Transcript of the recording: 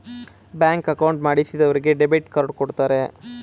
bank account ಮಾಡಿಸಿದರಿಗೆ debit card ಕೊಡ್ತಾರೆ